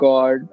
God